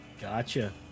Gotcha